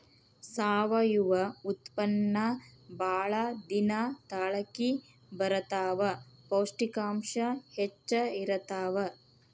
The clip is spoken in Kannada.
ಸಾವಯುವ ಉತ್ಪನ್ನಾ ಬಾಳ ದಿನಾ ತಾಳಕಿ ಬರತಾವ, ಪೌಷ್ಟಿಕಾಂಶ ಹೆಚ್ಚ ಇರತಾವ